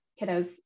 kiddos